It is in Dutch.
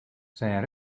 zijn